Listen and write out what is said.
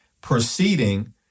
proceeding